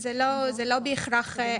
זה לא בהכרח כך.